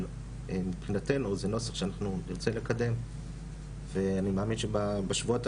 אבל מבחינתנו זה נוסח שאנחנו נרצה לקדם ואני מאמין שבשבועות